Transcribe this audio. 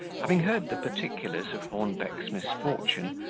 having heard the particulars of hornbeck's misfortune,